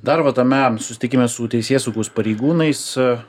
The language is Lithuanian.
dar va tame susitikime su teisėsaugos pareigūnais